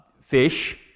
fish